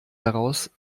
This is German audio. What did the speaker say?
daraus